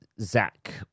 Zach